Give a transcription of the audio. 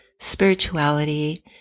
spirituality